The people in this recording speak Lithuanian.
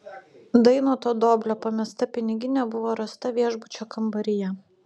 dainoto doblio pamesta piniginė buvo rasta viešbučio kambaryje